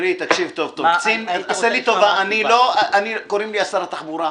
אני לא שר התחבורה.